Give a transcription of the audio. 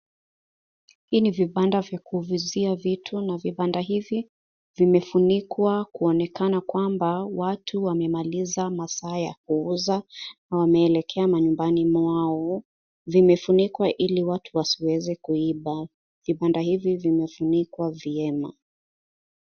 Hii ni vibanda vya kuuzia vitu, na vibanda hivi, vimefunikwa kuonekana kwamba, watu wamemaliza masaa ya kuuza, na wameelekea manyumbani mwao. Vimefunikwa ili watu wasiweze kuiba, vibanda hivyo vimefunikwa vyema.